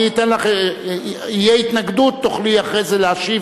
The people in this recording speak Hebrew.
לי לא משנה שהממשלה תחליט שמשרד הבריאות